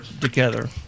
together